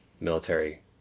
military